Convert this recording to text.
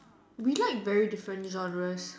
we like very different genres